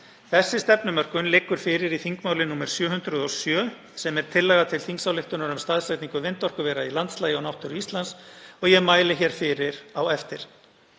Þessi stefnumörkun liggur fyrir í þingmáli nr. 707 sem er tillaga til þingsályktunar um staðsetningu vindorkuvera í landslagi og náttúru Íslands og ég mæli hér fyrir á eftir.